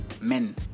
men